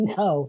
no